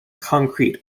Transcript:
concrete